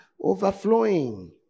Overflowing